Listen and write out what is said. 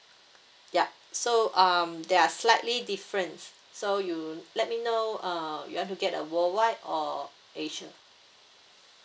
yup so um they are slightly different so you let me know uh you want to get the worldwide or asia